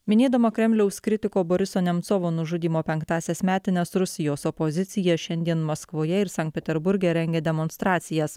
minėdama kremliaus kritiko boriso nemcovo nužudymo penktąsias metines rusijos opozicija šiandien maskvoje ir sankt peterburge rengia demonstracijas